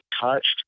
touched